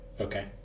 okay